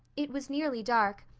it was nearly dark,